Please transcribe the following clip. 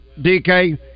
DK